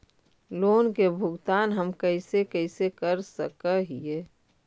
Loan के भुगतान हम कैसे कैसे कर सक हिय?